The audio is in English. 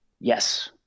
Yes